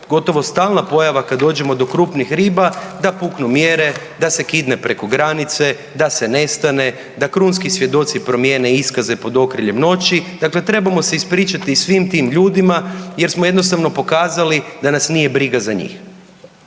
gotovo stalna pojava kad dođemo do krupnih riba, da puknu mjere, da se kidne preko granice, da se nestane, da krunski svjedoci promijene iskaze pod okriljem noći, dakle trebamo se ispričati i svim tim ljudima jer smo jednostavno pokazali da nas nije briga za njih.